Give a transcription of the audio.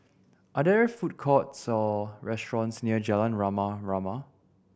are there food courts or restaurants near Jalan Rama Rama